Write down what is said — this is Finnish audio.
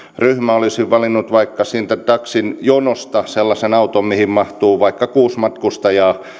olisi valinnut siitä taksijonosta sellaisen auton mihin mahtuu vaikka kuusi matkustajaa niin